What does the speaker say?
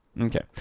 okay